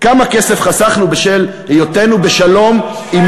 כמה כסף חסכנו בשל היותנו, שנה, לא?